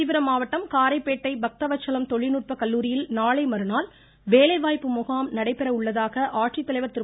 காஞ்சிபுரம் மாவட்டம் காரைப்பேட்டை பக்தவத்ஸலம் தொழில்நுட்ப கல்லூரியில் நாளைமறுநாள் வேலைவாய்ப்பு முகாம் நடைபெற உள்ளதாக ஆட்சித்தலைவர் திரு